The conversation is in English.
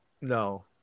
No